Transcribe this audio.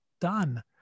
Done